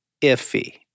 iffy